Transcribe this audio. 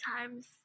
times